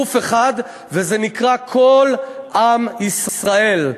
גוף אחד, והוא נקרא כל עם ישראל.